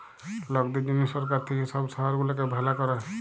লকদের জনহ সরকার থাক্যে সব শহর গুলাকে ভালা ক্যরে